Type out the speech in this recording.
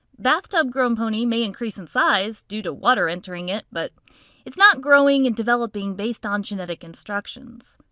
bathtub-grown pony may increase in size due to water entering it, but it's not growing and developing based on genetic instructions.